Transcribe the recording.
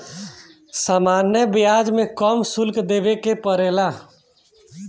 सामान्य ब्याज में कम शुल्क देबे के पड़ेला